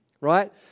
right